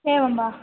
एवं वा